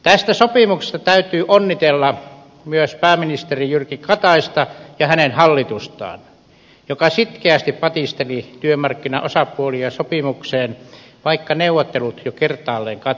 tästä sopimuksesta täytyy onnitella myös pääministeri jyrki kataista ja hänen hallitustaan joka sitkeästi patisteli työmarkkinosapuolia sopimukseen vaikka neuvottelut jo kertaalleen katkesivatkin